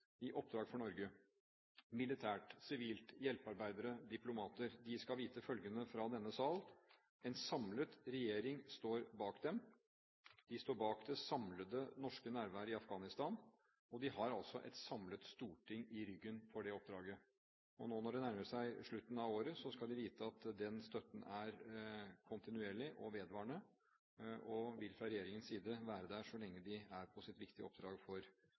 i oppdrag for Norge, militært, sivilt, hjelpearbeidere, diplomater, skal vite følgende fra denne sal: En samlet regjering står bak dem. Den står bak det samlede norske nærværet i Afghanistan – og de har et samlet storting i ryggen for det oppdraget. Nå når det nærmer seg slutten av året, skal de vite at den støtten er kontinuerlig og vedvarende, og vil fra regjeringens side være der så lenge de er på et så viktig oppdrag for